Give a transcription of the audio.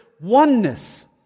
oneness